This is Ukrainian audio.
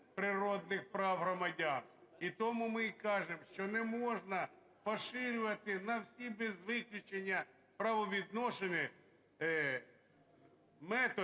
природних прав громадян. І тому ми і кажемо, що не можна поширювати на всі без виключення правовідносини методи